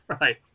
Right